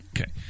Okay